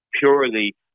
purely